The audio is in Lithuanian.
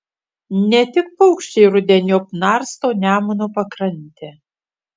ne tik paukščiai rudeniop narsto nemuno pakrantę